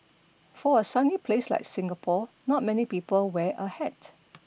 for a sunny place like Singapore not many people wear a hat